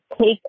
take